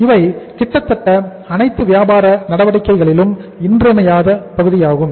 இவை கிட்டத்தட்ட அனைத்து வியாபார நடவடிக்கைகளிலும் இன்றியமையாத பகுதி ஆகும்